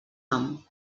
nom